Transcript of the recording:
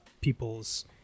people's